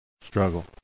struggle